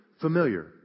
familiar